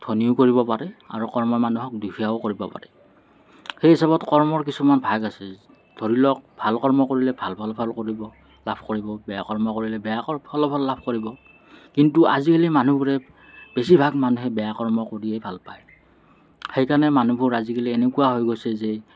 ধনীও কৰিব পাৰে আৰু কৰ্মই মানুহক দুখীয়াও কৰিব পাৰে সেই হিচাপত কৰ্মৰ কিছুমান ভাগ আছে ধৰি লওঁক ভাল কৰ্ম কৰিলে ভাল ফল ভাগ কৰিব লাভ কৰিব বেয়া কৰ্ম কৰিলে বেয়া ফলাফল লাভ কৰিব কিন্তু আজিকালি মানুহবোৰে বেছিভাগ মানুহে বেয়া কৰ্ম কৰিয়ে ভাল পায় সেইকাৰণে মানুহবোৰ আজিকালি এনেকুৱা হৈ গৈছে যে